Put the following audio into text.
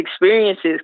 experiences